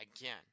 again